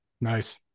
Nice